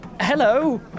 Hello